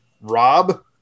Rob